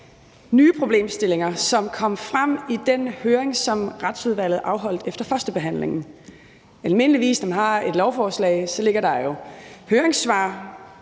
nye problemstillinger, som kom frem i den høring, som Retsudvalget afholdt efter førstebehandlingen. Almindeligvis, når man har et lovforslag, ligger der jo høringssvar,